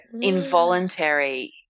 involuntary